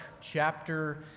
chapter